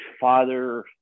Father